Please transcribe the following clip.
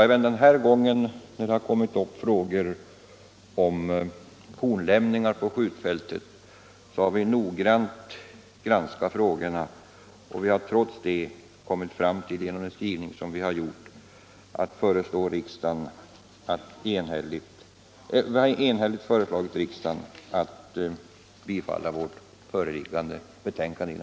Även denna gång har frågan om fornlämningarna på skjutfältet granskats omsorgsfullt, och vi har därefter i utskottets skrivning enats om att enhälligt föreslå riksdagen att bifalla utskottets hemställan.